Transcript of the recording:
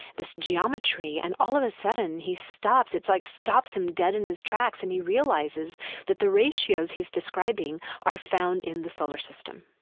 this geometry and all of a sudden he stops. it's like stops him dead in his tracks and he realizes that the ratios he's describing are found in the solar system.